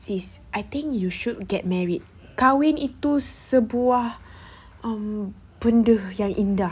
sis I think you should get married kahwin itu sebuah um benda yang indah